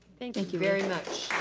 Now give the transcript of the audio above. thank thank you very much.